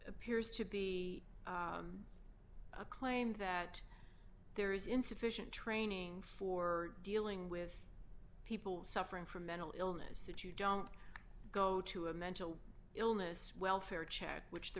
appears to be a claim that there is insufficient training for dealing with people suffering from mental illness that you don't go to a mental illness welfare check which the